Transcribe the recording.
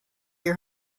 your